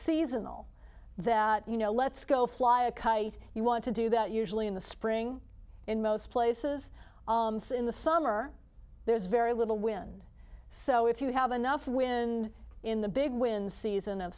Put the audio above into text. seasonal that you know let's go fly a kite you want to do that usually in the spring in most places in the summer there's very little wind so if you have enough wind in the big wind season